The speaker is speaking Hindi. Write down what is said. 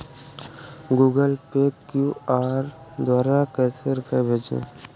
गूगल पे क्यू.आर द्वारा कैसे रूपए भेजें?